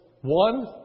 one